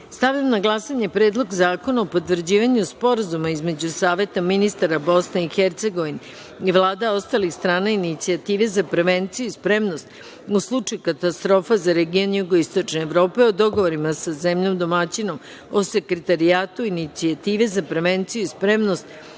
zakona. Stavljam na glasanje Predlog Zakona o potvrđivanju Sporazuma između Saveta ministara Bosne i Hercegovine i vlada ostalih Strana Inicijative za prevenciju i spremnost u slučaju katastrofa za region Jugoistočne Evrope o dogovorima sa zemljom domaćinom o Sekretarijatu Inicijative za prevenciju i spremnost